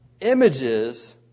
Images